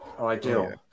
Ideal